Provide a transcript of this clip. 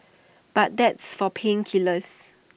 but that's for pain killers